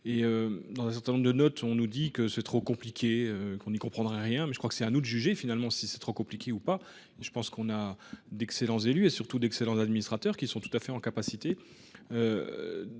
dans un certain nombre de note. On nous dit que c'est trop compliqué qu'on n'y comprendra rien mais je crois que c'est à nous de juger finalement si c'est trop compliqué ou pas. Je pense qu'on a d'excellents élus et surtout d'excellents administrateurs qui sont tout à fait en capacité.